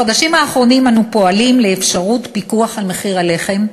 בחודשים האחרונים אנו פועלים לאפשרות פיקוח על מחיר הלחם,